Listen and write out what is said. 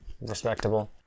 respectable